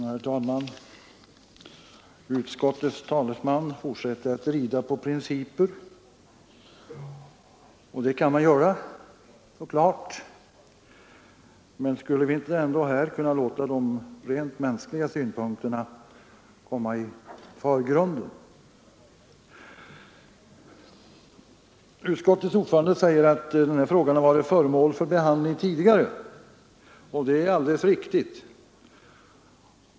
Herr talman! Utskottets talesman fortsätter att rida på principer, och det kan man givetvis göra. Men skulle vi ändå inte kunna låta de rent mänskliga synpunkterna komma i förgrunden! Utskottets ordförande säger att denna fråga varit föremål för behandling tidigare. Det är alldeles riktigt.